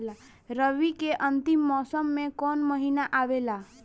रवी के अंतिम मौसम में कौन महीना आवेला?